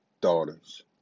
daughters